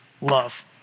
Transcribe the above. love